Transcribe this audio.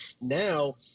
Now